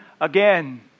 again